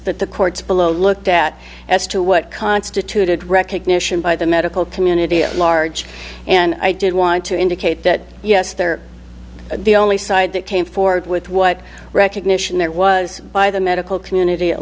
that the courts looked at as to what constituted recognition by the medical community at large and i did want to indicate that yes they're the only side that came forward with what recognition that was by the medical community at